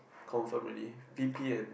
confirm already V_P and